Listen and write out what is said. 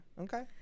Okay